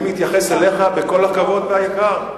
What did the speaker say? אני מתייחס אליך בכל הכבוד והיקר.